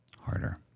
harder